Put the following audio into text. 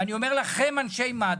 ואני אומר לכם, אנשי מד"א,